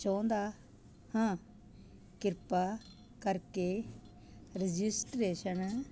ਚਾਹੁੰਦਾ ਹਾਂ ਕਿਰਪਾ ਕਰਕੇ ਰਜਿਸਟ੍ਰੇਸ਼ਨ